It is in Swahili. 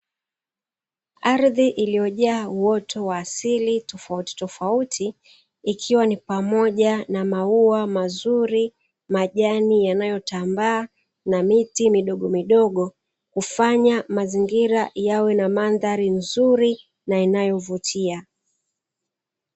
Ardhi iliyojaa uoto wa asili tofauti tofauti ikiwa ni pamoja na maua mazuri majani yanayotambaa na miti midogo mandhari hii inafanya mazingira yavutie